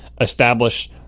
establish